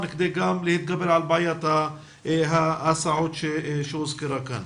כדי גם להתגבר על בעיית ההסעות שהוזכרה כאן.